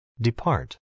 depart